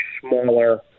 smaller